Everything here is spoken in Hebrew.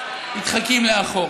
נדחקים לאחור.